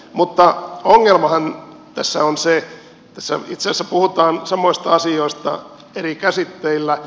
mutta ongelmahan tässä on se että tässä itse asiassa puhutaan samoista asioista eri käsitteillä